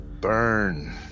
Burn